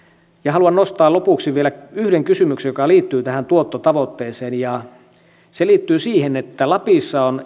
haluan nostaa lopuksi vielä yhden kysymyksen joka liittyy tähän tuottotavoitteeseen ja se liittyy siihen että lapissa on